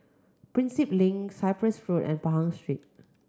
Prinsep Link Cyprus Road and Pahang Street